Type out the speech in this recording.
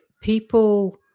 people